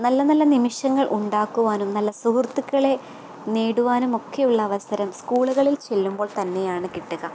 നല്ല നല്ല നിമിഷങ്ങൾ ഉണ്ടാക്കുവാനും നല്ല സുഹൃത്തുക്കളെ നേടുവാനും ഒക്കെയുള്ള അവസരം സ്കൂളുകളിൽ ചെല്ലുമ്പോൾ തന്നെയാണ് കിട്ടുക